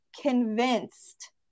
convinced